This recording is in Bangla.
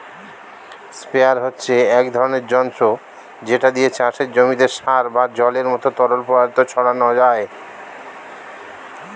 স্প্রেয়ার হচ্ছে এক ধরনের যন্ত্র যেটা দিয়ে চাষের জমিতে সার বা জলের মতো তরল পদার্থ ছড়ানো যায়